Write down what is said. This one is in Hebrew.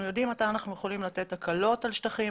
אנחנו יודעים מתי אנחנו יכולים לתת הקלות על שטחים,